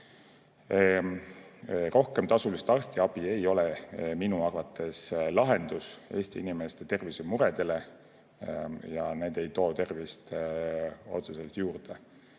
Rohkem tasulist arstiabi ei ole minu arvates lahendus Eesti inimeste tervisemuredele. See ei too tervist otseselt juurde.